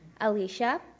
Alicia